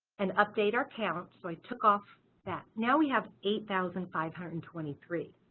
and update our count so i took off that. now we have eight thousand five hundred and twenty three,